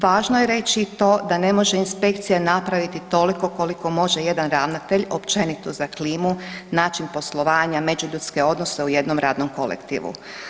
Važno je reći i to da ne može inspekcija napraviti toliko koliko može jedan ravnatelj općenito za klimu, način poslovanja, međuljudske odnose u jednom radnom kolektivu.